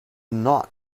not